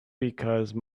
because